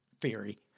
theory